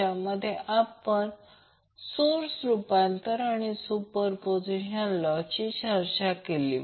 ज्यामध्ये आपण सोर्स रूपांतर आणि सुपरपोझिशन लॉ चर्चा केली